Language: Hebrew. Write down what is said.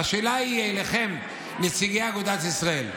והשאלה היא אליכם, נציגי אגודת ישראל: